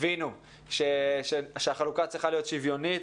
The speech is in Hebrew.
הבינו שהחלוקה צריכה להיות שוויונית,